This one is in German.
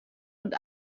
und